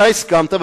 אתה הסכמת,